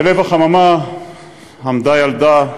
בלב החממה עמדה ילדה,